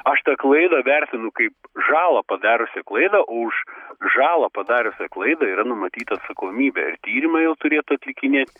aš tą klaidą vertinu kaip žalą padariusią klaidą už žalą padariusią klaidą yra numatyta atsakomybė ir tyrimą jau turėtų atlikinėt